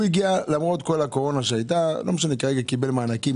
למרות כל הקורונה שהייתה הוא קיבל מענקים,